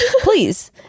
Please